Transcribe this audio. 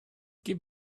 give